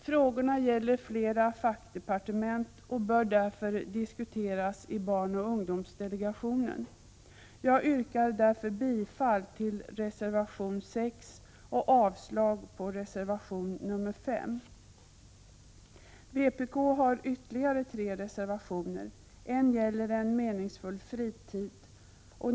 Frågorna gäller flera fackdepartement och bör därför diskuteras i barnoch ungdomsdelegationen. Jag yrkar därför bifall till reservation 6 och avslag på reservation 5. Vpk har ytterligare tre reservationer. En gäller en meningsfylld fritid.